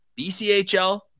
bchl